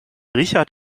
richard